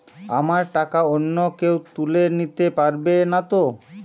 আমার টাকা অন্য কেউ তুলে নিতে পারবে নাতো?